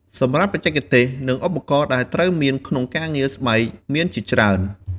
សម្រាប់បច្ចេកទេស និងឧបករណ៍ដែលត្រូវមានក្នុងការងារស្បែកមានជាច្រើន។